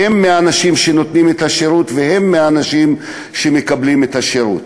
הן האנשים שנותנים את השירות והן האנשים שמקבלים את השירות.